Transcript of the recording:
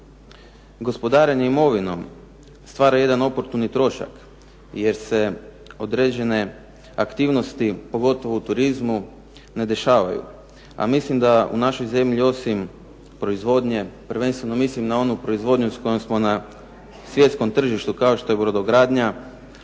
gospodarenje imovinom stvara jedan oportuni trošak, jer se određene aktivnosti pogotovo u turizmu ne dešavaju. A mislim da u našoj zemlji osim proizvodnje, prvenstveno mislim na onu proizvodnju s kojom smo na svjetskom tržištu kao što je brodogradnja,